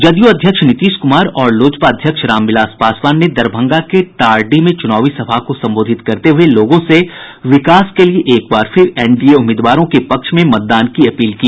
जदयू अध्यक्ष नीतीश कुमार और लोजपा अध्यक्ष रामविलास पासवान ने दरभंगा के तारडीह में चुनावी सभा को संबोधित करते हुये लोगों से विकास के लिये एक बार फिर एनडीए उम्मीदवारों के पक्ष में मतदान की अपील की